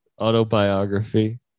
autobiography